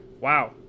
wow